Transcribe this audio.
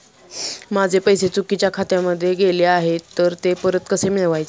माझे पैसे चुकीच्या खात्यामध्ये गेले आहेत तर ते परत कसे मिळवायचे?